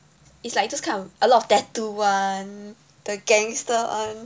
is like those kind of a lot tattoo [one] the gangster [one]